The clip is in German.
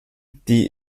die